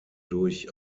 durch